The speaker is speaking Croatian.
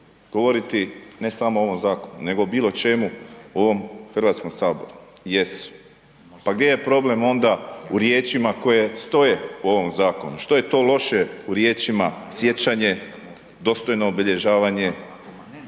govoriti ne samo o ovom zakonu nego o bilo čemu u ovom HS? Jesu. Pa gdje je problem onda u riječima koje stoje u ovom zakonu, što je to loše u riječima „sijećanje“, „dostojno obilježavanje“,